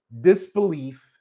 disbelief